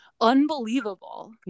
unbelievable